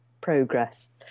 progress